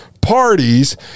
parties